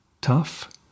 tough